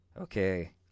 Okay